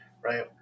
right